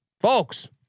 folks